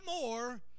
more